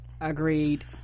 Agreed